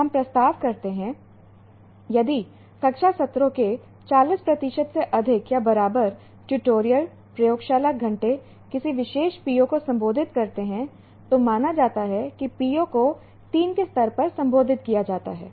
हम प्रस्ताव करते हैं यदि कक्षा सत्रों के 40 प्रतिशत से अधिक या बराबर ट्यूटोरियल प्रयोगशाला घंटे किसी विशेष PO को संबोधित करते हैं तो माना जाता है कि PO को 3 के स्तर पर संबोधित किया जाता है